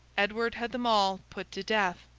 edward had them all put to death.